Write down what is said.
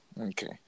Okay